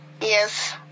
Yes